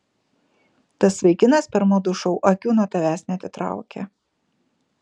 tas vaikinas per madų šou akių nuo tavęs neatitraukė